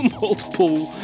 Multiple